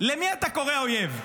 למי אתה קורא אויב?